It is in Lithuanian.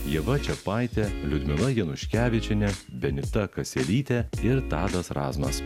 ieva čiapaitė liudmila januškevičienė benita kaselytė ir tadas razmas